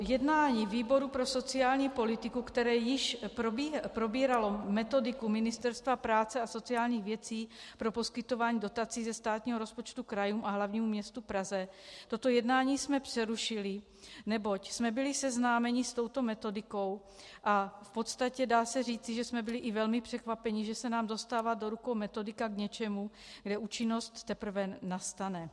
Jednání výboru pro sociální politiku, které již probíralo metodiku Ministerstva práce a sociálních věcí pro poskytování dotací ze státního rozpočtu krajům a hlavnímu městu Praze, jsme přerušili, neboť jsme byli seznámeni s touto metodikou, a dá se říci, že jsme byli i velmi překvapeni, že se nám dostává do rukou metodika k něčemu, kde účinnost teprve nastane.